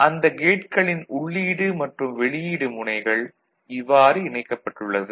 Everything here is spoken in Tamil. அந்த கேட்களின் உள்ளீடு மற்றும் வெளியீடு முனைகள் இவ்வாறு இணைக்கப்பட்டுள்ளது